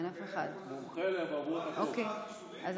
מחלת אבעבועות הקוף, מס'